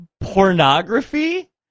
pornography